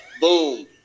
boom